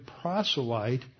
proselyte